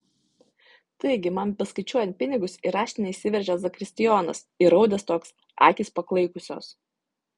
taigi man beskaičiuojant pinigus į raštinę įsiveržė zakristijonas įraudęs toks akys paklaikusios